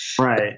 Right